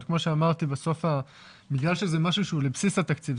אבל בגלל שזה משהו לבסיס התקציב,